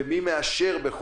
ומי מאשר?